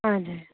हजुर